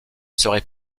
serait